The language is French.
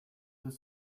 deux